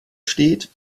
steht